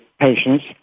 patients